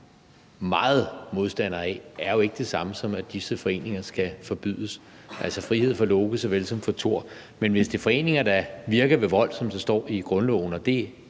meget modstander af, er jo ikke det samme, som at disse foreninger skal forbydes. Altså, der er frihed for Loke såvel som for Thor. Men hvis det er foreninger, der virker ved vold, som der står i grundloven, og det